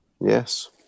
Yes